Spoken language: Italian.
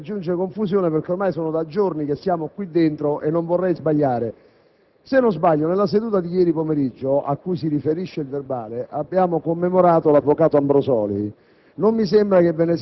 a confusione si aggiunge confusione perché ormai siamo qui dentro da giorni e non vorrei sbagliare. Se non erro, nella seduta di ieri pomeriggio, cui si riferisce il processo verbale, abbiamo commemorato l'avvocato Ambrosoli.